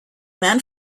man